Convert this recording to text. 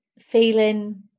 feeling